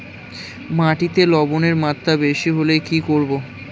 মাটিতে লবণের মাত্রা বেশি হলে কি করব?